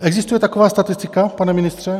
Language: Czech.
Existuje taková statistika, pane ministře?